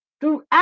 Throughout